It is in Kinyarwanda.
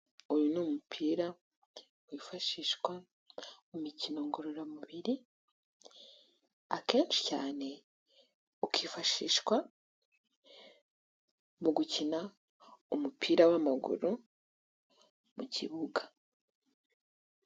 Uyu ni umupira wifashishwa mu mikino ngororamubiri, akenshi cyane ukifashishwa mu gukina umupira w'amaguru mu kibuga.